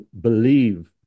believe